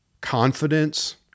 confidence